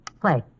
Play